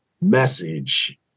message